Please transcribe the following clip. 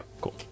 cool